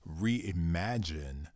reimagine